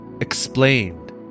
explained